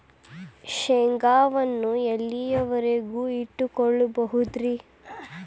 ಶೇಂಗಾವನ್ನು ಎಲ್ಲಿಯವರೆಗೂ ಇಟ್ಟು ಕೊಳ್ಳಬಹುದು ರೇ?